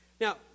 Now